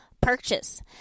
purchase